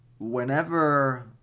Whenever